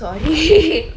sorry